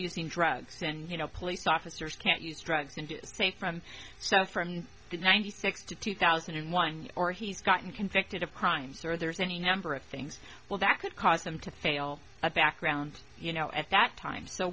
using drugs then you know police officers can't use drugs and say from so from the ninety six to two thousand and one or he's gotten convicted of crimes or there's any number of things well that could cause them to fail a background you know at that time so